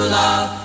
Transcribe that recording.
love